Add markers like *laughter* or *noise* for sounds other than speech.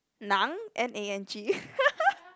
nang N A N G *laughs*